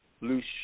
loose